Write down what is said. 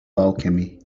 alchemy